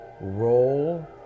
Roll